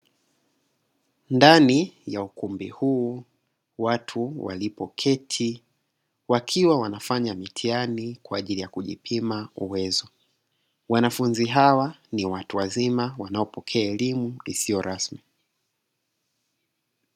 Ndani ya ukumbi huu, watu walipo keti wakiwa wanafanya mitihani kwa ajili ya kujipima uwezo. Wanafunzi hawa ni watu wazima wanaopokea elimu isiyo rasmi.